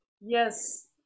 yes